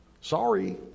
sorry